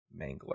mangler